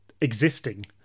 existing